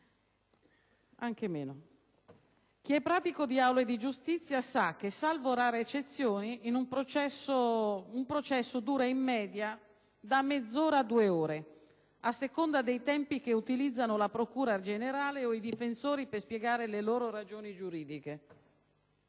Chi è pratico di aule di giustizia sa che, salvo rare eccezioni, un processo dura in media da mezz'ora a due ore, a seconda dei tempi che utilizzano la procura generale o i difensori per spiegare le loro ragioni giuridiche.